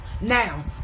now